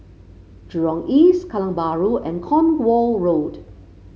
Jurong East Kallang Bahru and Cornwall Road